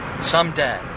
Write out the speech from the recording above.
someday